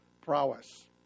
prowess